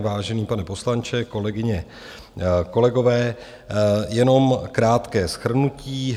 Vážený pane poslanče, kolegyně, kolegové, jenom krátké shrnutí.